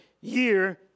year